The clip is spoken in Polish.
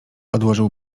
odłożył